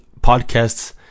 podcasts